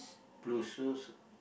blue shoes